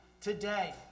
today